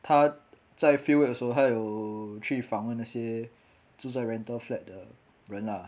他在 field work 的时候他有去访问那些住 rental flat 的人 lah